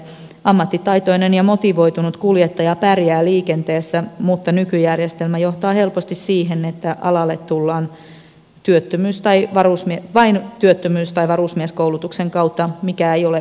ammattitaitoinen ja motivoitunut kuljettaja pärjää liikenteessä mutta nykyjärjestelmä johtaa helposti siihen että alalle tullaan vain työttömyys tai varusmieskoulutuksen kautta mikä ei ole oikein